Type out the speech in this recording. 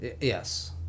yes